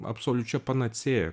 absoliučia panacė